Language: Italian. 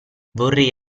vorrei